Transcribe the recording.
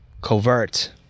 covert